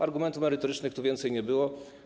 Argumentów merytorycznych tu więcej nie było.